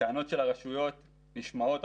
הטענות של הרשויות נשמעות.